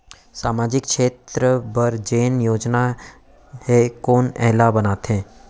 सामाजिक क्षेत्र बर जेन योजना हे कोन एला बनाथे?